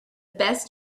best